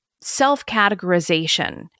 self-categorization